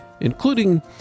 including